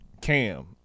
Cam